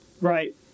right